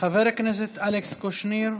חבר הכנסת אלכס קושניר,